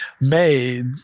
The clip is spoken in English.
made